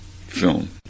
film